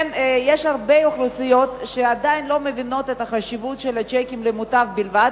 יש הרבה אוכלוסיות שעדיין לא מבינות את החשיבות של שיקים למוטב בלבד.